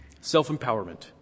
Self-empowerment